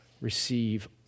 receive